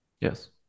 Yes